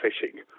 fishing